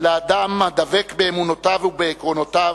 לאדם הדבק באמונותיו ובעקרונותיו,